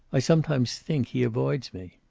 i sometimes think he avoids me.